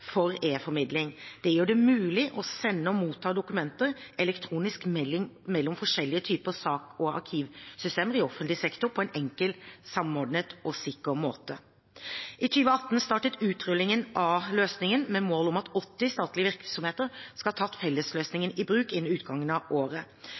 for e-formidling. Det gjør det mulig å sende og motta dokumenter elektronisk mellom forskjellige typer saks- og arkivsystemer i offentlig sektor på en enkel, samordnet og sikker måte. I 2018 startet utrullingen av løsningen, med mål om at 80 statlige virksomheter skal ha tatt